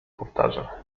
powtarza